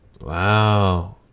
Wow